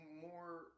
more